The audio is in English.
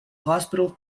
hospital